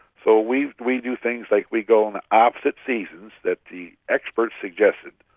so we we do things like we go on the opposite seasons that the experts suggested.